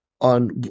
on